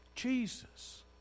Jesus